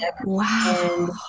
Wow